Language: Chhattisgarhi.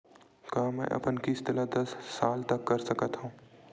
का मैं अपन किस्त ला दस साल तक कर सकत हव?